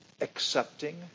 accepting